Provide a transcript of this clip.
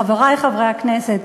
חברי חברי הכנסת,